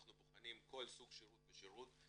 אנחנו בוחנים כל סוג שירות ושירות,